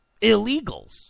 illegals